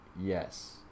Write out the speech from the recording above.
yes